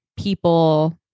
people